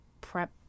prep